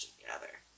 together